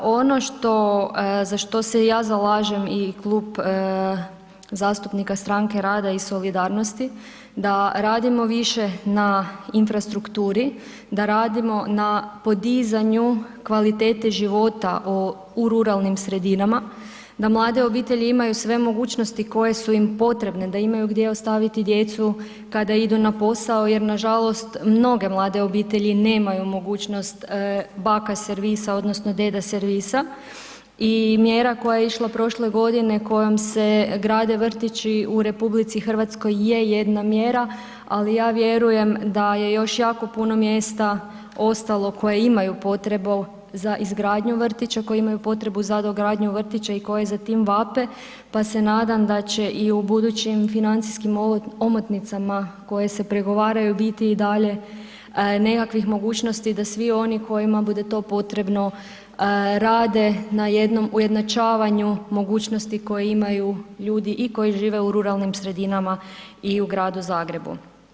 Ono što za što se ja zalažem i Klub zastupnika Stranke rada i solidarnosti, da radimo više na infrastrukturi, da radimo na podizanju kvalitete života u ruralnim sredinama, da mlade obitelji imaju sve mogućnosti koje su im potrebne, da imaju gdje ostaviti djecu kada idu na posao jer nažalost mnoge mlade obitelji nemaju mogućnost baka servisa odnosno deda servisa i mjera koja je išla prošle godine kojom se grade vrtići u RH je jedna mjera, ali ja vjerujem da je još jako puno mjesta ostalo koja imaju potrebu za izgradnju vrtića, koja imaju potrebu za dogradnju vrtića i koja za tim vape, pa se nadam da će i u budućim financijskim omotnicama koje se pregovaraju biti i dalje nekakvih mogućnosti da svi oni kojima bude to potrebno rade na jednom ujednačavanju mogućnosti koje imaju ljudi i koji žive u rauralnim sredinama i u Gradu Zagrebu.